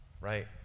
Right